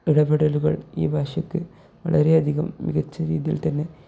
ഇടപെടലുകൾ ഈ ഭാഷക്ക് വളരെയധികം മികച്ച രീതിയിൽ തന്നെ